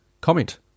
comment